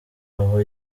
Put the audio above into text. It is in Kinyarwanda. aho